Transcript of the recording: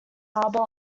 harbor